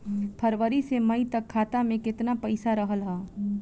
फरवरी से मई तक खाता में केतना पईसा रहल ह?